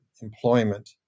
employment